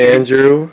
Andrew